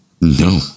No